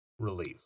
release